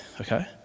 okay